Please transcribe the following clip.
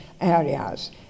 areas